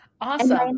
Awesome